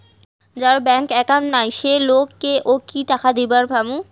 যার bank account নাই সেই লোক কে ও কি টাকা দিবার পামু?